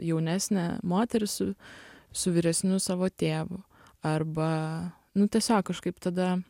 jaunesnė moteris su su vyresniu savo tėvu arba nu tiesiog kažkaip tada